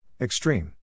extreme